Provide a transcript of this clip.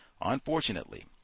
unfortunately